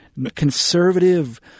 conservative